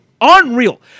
Unreal